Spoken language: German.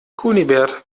kunibert